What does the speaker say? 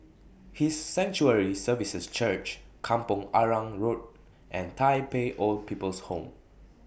His Sanctuary Services Church Kampong Arang Road and Tai Pei Old People's Home